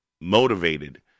motivated